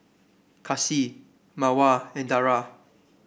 Kasih Mawar and Dara